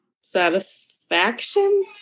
Satisfaction